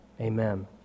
amen